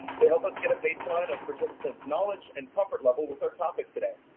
they help us get a baseline of participants's knowledge and comfort level with our topic today.